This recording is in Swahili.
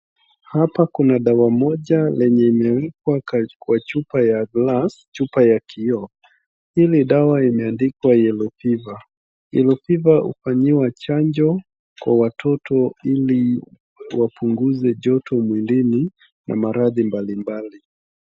Hapa kuna dawa mmoja yenye imewekwa kwa chupa ya glass chhupa ya kioo. Hii ni dawa imeandikwa Yellow fever, Yellow fever hufanyiwa chanjo kwa watoto ili kupunguza joto na maradhi mbalimbali.